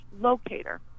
locator